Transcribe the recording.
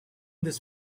this